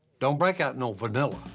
don't break out no vanilla!